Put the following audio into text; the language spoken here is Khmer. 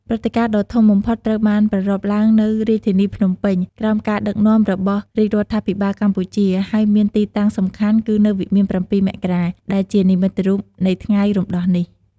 ព្រឹត្តិការណ៍ដ៏ធំបំផុតត្រូវបានប្រារព្ធឡើងនៅរាជធានីភ្នំពេញ ក្រោមការដឹកនាំរបស់រាជរដ្ឋាភិបាលកម្ពុជា ហើយមានទីតាំងសំខាន់គឺនៅវិមាន៧ មករា ដែលជានិមិត្តរូបនៃថ្ងៃរំដោះនេះ។